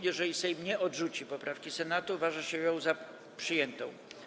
Jeżeli Sejm nie odrzuci poprawki Senatu, uważa się ją za przyjętą.